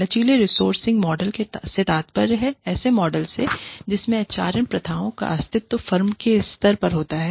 लचीले resourcing model से तात्पर्य ऐसे मॉडल से है जिसमेंHRM प्रथाओं का अस्तित्व फर्म के स्तर पर होता है